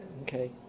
okay